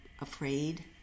afraid